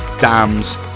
dams